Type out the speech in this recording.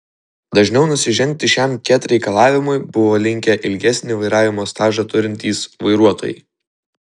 dažniau nusižengti šiam ket reikalavimui buvo linkę ilgesnį vairavimo stažą turintys vairuotojai